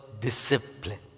discipline